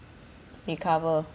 recover